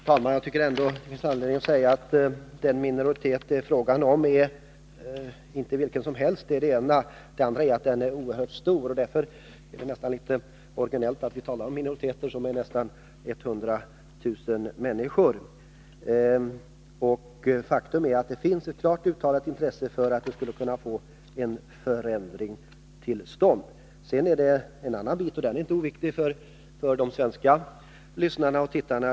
Fru talman! Jag tycker ändå att det finns anledning att för det första erinra om att den minoritet som det här är fråga om inte är vilken minoritet som helst. För det andra är denna minoritet oerhört stor. Det är därför nästan litet originellt att vi här talar om minoritet, när det gäller en grupp på nästan 100 000 människor. Faktum är att det finns ett klart uttalat intresse för att få till stånd en förändring. Sedan finns det en annan aspekt på denna fråga, som inte är oviktig för de svenska lyssnarna och tittarna.